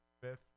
Fifth